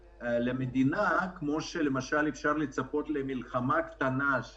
למדינה לפצות כל אחד שנפגע כמו שאפשר לצפות שעושים במלחמה קטנה,